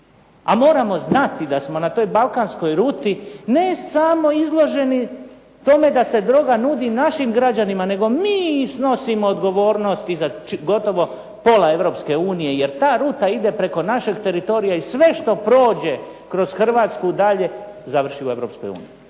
a moramo znati da smo na toj balkanskoj ruti ne samo izloženi tome da se droga nudi našim građanima, nego mi snosimo odgovornost i za gotovo pola Europske unije, jer ta ruta ide preko našeg teritorija i sve što prođe kroz Hrvatsku dalje završi u Europskoj uniji.